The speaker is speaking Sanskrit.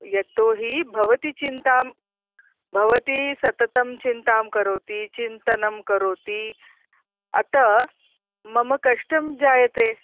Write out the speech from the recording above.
यतो हि भवती चिन्तां भवती सततं चिन्तां करोति चिन्तनं करोति अतः मम कष्टं जायते